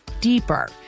deeper